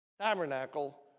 tabernacle